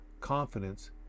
confidence